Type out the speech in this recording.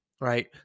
right